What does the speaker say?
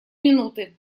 минуты